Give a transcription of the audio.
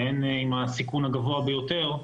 שהן עם הסיכון הגבוה ביותר,